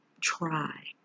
try